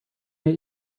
mir